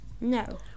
No